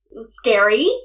scary